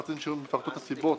רצינו שיהיו לנו לפחות את הסיבות.